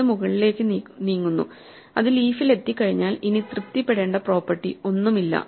വലുത് മുകളിലേക്ക് നീങ്ങുന്നു അത് ലീഫിൽ എത്തിക്കഴിഞ്ഞാൽ ഇനി തൃപ്തിപ്പെടേണ്ട പ്രൊപെർട്ടി ഒന്നുമില്ല